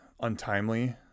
untimely